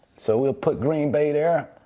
so we'll put green bay there.